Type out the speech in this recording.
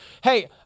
hey